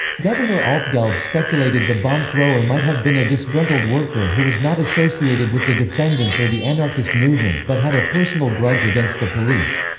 governor altgeld speculated the bomb thrower might have been a disgruntled worker who was not associated with the defendants or the anarchist movement but had a personal grudge against the police.